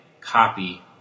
copy